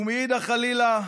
ומנגד, חלילה,